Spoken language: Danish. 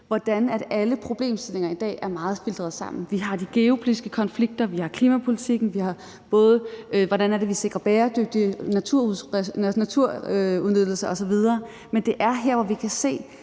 hvordan alle problemstillinger i dag er meget filtret sammen. Vi har de geopolitiske konflikter, vi har klimapolitikken, og vi har spørgsmålet om, hvordan vi sikrer bæredygtig naturudnyttelse osv. Det er her, hvor vi kan se,